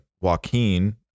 Joaquin